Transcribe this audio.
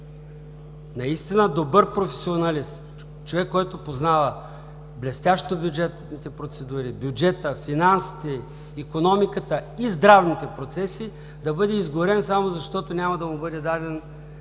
наистина добър професионалист, човек, който познава блестящо бюджетните процедури, бюджета, финансите, икономиката и здравните процеси, да бъде изгорен, само защото няма да му бъде даден